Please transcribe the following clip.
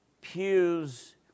pews